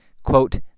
quote